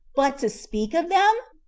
but to speak of them?